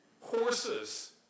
horses